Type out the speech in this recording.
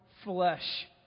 flesh